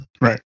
Right